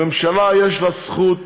לממשלה יש זכות